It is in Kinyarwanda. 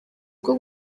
bwo